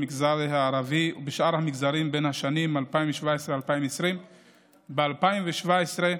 במגזר הערבי ובשאר המגזרים בשנים 2017 2020. ב-2017,